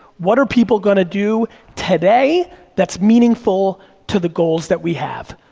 what are people gonna do today that's meaningful to the goals that we have?